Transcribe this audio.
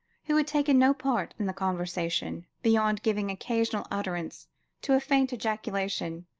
who had taken no part in the conversation, beyond giving occasional utterance to a faint ejaculation,